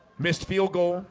missed field goal